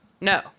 no